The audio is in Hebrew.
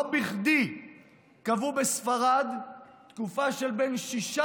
לא בכדי קבעו בספרד תקופה של בין שישה